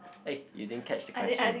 eh you didn't catch the question